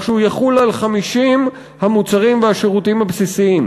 שהוא יחול על 50 המוצרים והשירותים הבסיסיים.